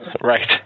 Right